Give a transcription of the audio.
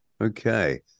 Okay